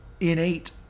innate